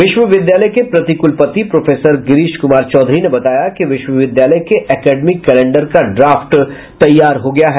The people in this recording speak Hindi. विश्वविद्यालय के प्रतिकुलपति प्रोफेसर गिरिश कुमार चौधरी ने बताया कि विश्वविद्यालय के एकेडमिक कैलेंडर का ड्राफ्ट तैयार हो गया है